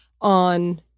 on